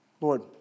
Lord